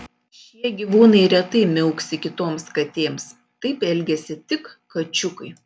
šie gyvūnai retai miauksi kitoms katėms taip elgiasi tik kačiukai